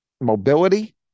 mobility